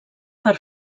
per